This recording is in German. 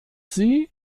sie